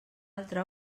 altra